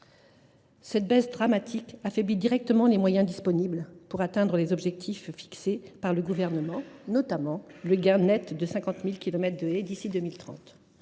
Cette baisse dramatique affaiblit directement les moyens disponibles pour atteindre les objectifs fixés par le Gouvernement, notamment le gain net de 50 000 kilomètres de haies d’ici à 2030.